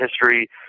history